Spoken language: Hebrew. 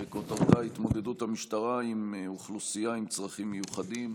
שכותרתה: התמודדות המשטרה עם אוכלוסייה עם צרכים מיוחדים.